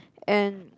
and